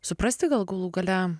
suprasti gal galų gale